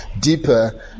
deeper